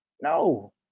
No